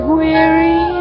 weary